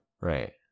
Right